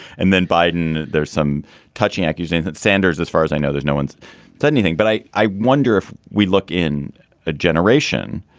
and then biden, there's some touching accusations that sanders as far as i know, there's no one thought anything. but i i wonder if we look in a generation,